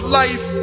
life